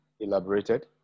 elaborated